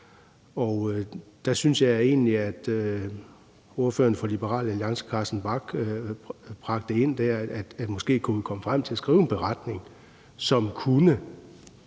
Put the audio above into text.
ikke bliver vedtaget. Ordføreren fra Liberal Alliance, Carsten Bach, bragte ind der, at vi måske kunne komme frem til at skrive en beretning, som kunne